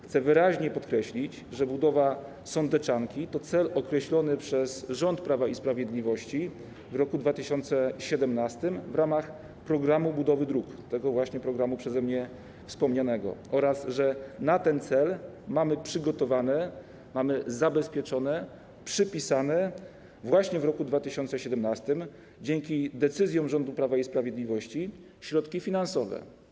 Chcę wyraźnie podkreślić, że budowa sądeczanki to cel określony przez rząd Prawa i Sprawiedliwości w roku 2017 w ramach programu budowy dróg, właśnie tego wspomnianego przeze mnie programu, oraz że na ten cel mamy przygotowane, mamy zabezpieczone, przypisane właśnie w roku 2017 dzięki decyzjom rządu Prawa i Sprawiedliwości środki finansowe.